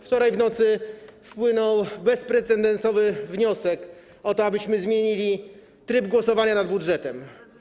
Wczoraj w nocy wpłynął bezprecedensowy wniosek o to, abyśmy zmienili tryb głosowania nad budżetem.